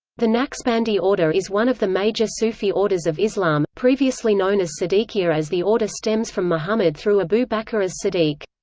the naqshbandi order is one of the major sufi orders of islam, previously known as siddiqiyya as the order stems from mohammad through abu bakr as-siddiq.